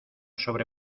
sobre